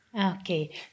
Okay